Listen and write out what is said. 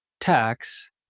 tax